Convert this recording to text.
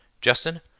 Justin